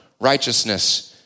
righteousness